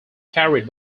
carried